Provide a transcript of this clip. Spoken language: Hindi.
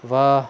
वाह